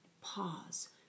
Pause